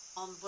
on